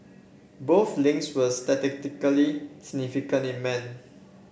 both links were statistically significant in men